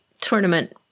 tournament